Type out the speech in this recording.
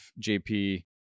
JP